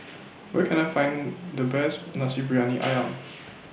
Where Can I Find The Best Nasi Briyani Ayam